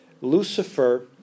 Lucifer